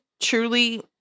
truly